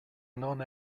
non